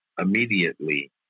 immediately